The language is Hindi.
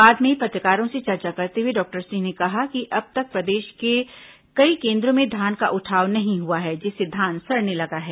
बाद में पत्रकारों से चर्चा करते हुए डॉक्टर सिंह ने कहा कि अब तक प्रदेश के कई केन्द्रों में धान का उठाव नहीं हुआ है जिससे धान सड़ने लगा है